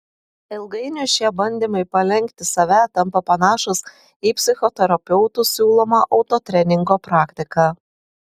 ilgainiui šie bandymai palenkti save tampa panašūs į psichoterapeutų siūlomą autotreningo praktiką